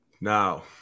Now